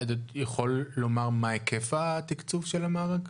מה היקף התקצוב של המארג?